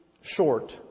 short